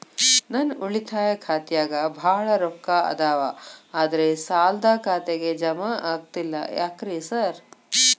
ನನ್ ಉಳಿತಾಯ ಖಾತ್ಯಾಗ ಬಾಳ್ ರೊಕ್ಕಾ ಅದಾವ ಆದ್ರೆ ಸಾಲ್ದ ಖಾತೆಗೆ ಜಮಾ ಆಗ್ತಿಲ್ಲ ಯಾಕ್ರೇ ಸಾರ್?